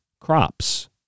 crops